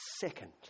Second